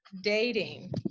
dating